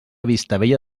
vistabella